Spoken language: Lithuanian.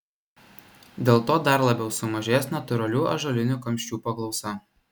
dėl to dar labiau sumažės natūralių ąžuolinių kamščių paklausa